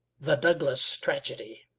the douglas tragedy